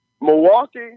Milwaukee